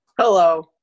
Hello